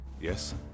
Yes